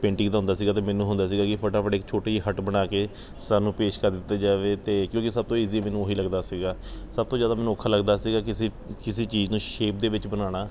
painting ਦਾ ਹੁੰਦਾ ਸੀਗਾ ਅਤੇ ਮੈਨੂੰ ਹੁੰਦਾ ਸੀਗਾ ਕਿ ਫਟਾਫਟ ਇੱਕ ਛੋਟੀ ਜਿਹੀ ਹੱਟ ਬਣਾ ਕੇ ਸਰ ਨੂੰ ਪੇਸ਼ ਕਰ ਦਿੱਤਾ ਜਾਵੇ ਅਤੇ ਕਿਉਂਕਿ ਸਭ ਤੋਂ ਇਜ਼ੀਲੀ ਮੈਨੂੰ ਉਹੀ ਲੱਗਦਾ ਸੀਗਾ ਸਭ ਤੋਂ ਜ਼ਿਆਦਾ ਮੈਨੂੰ ਔਖਾ ਲੱਗਦਾ ਸੀਗਾ ਕਿਸੀ ਕਿਸੇ ਚੀਜ਼ ਨੂੰ ਸ਼ੇਪ ਦੇ ਵਿੱਚ ਬਣਾਉਣਾ